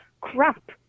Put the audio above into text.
Crap